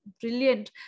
brilliant